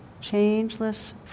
changeless